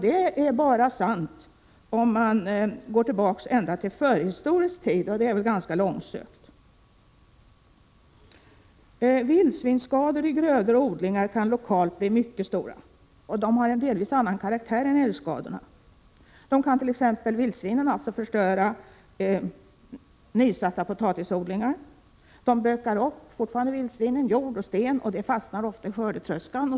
Det är bara sant om man går tillbaka ända till förhistorisk tid, och det är väl ganska långsökt. Vildsvinsskador i grödor och odlingar kan lokalt bli mycket stora, och de har delvis annan karaktär än älgskadorna. Vildsvinen kan t.ex. förstöra nysatta potatisodlingar. De bökar upp jord och sten, som ofta fastnar i skördetröskan.